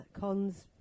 Cons